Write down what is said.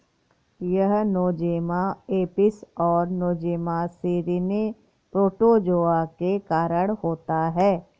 यह Nosema apis और Nosema ceranae protozoa के कारण होता है